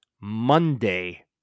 Monday